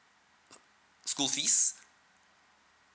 school fees